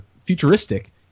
futuristic